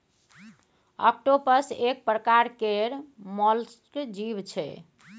octopus एक परकार केर मोलस्क जीव छै